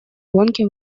гонки